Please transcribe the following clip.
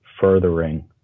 furthering